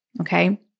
okay